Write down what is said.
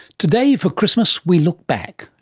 today for christmas we look back.